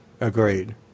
Agreed